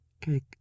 Cake